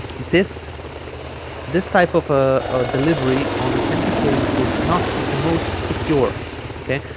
this this type of a delivery on a thank you page is not the most secure okay